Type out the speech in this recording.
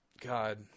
god